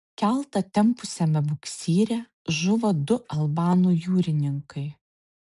keltą tempusiame buksyre žuvo du albanų jūrininkai